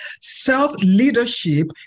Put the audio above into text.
self-leadership